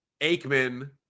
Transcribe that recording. Aikman